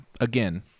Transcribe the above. again